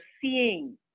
seeing